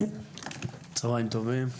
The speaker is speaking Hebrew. צוהריים טובים,